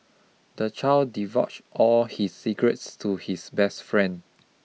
the child divulged all his secrets to his best friend